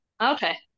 Okay